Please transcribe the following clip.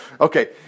Okay